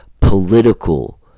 political